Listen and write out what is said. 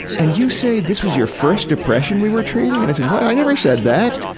and you say this was your first depression we were treating? and i said, what, i never said that.